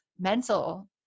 mental